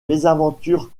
mésaventures